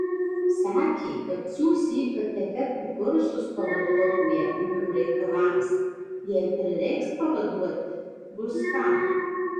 sakė kad siųs į katechetų kursus pavaduotoją ūkio reikalams jei prireiks pavaduoti bus kam